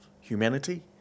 humanity